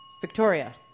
Victoria